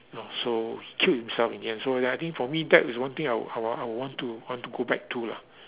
ya so he killed himself in the end so ya I think for me that is one thing that I would I would I would want to want to go back to lah